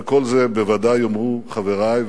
וכל זה בוודאי יאמרו חברי,